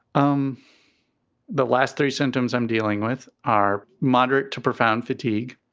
um but last three symptoms i'm dealing with are moderate to profound fatigue.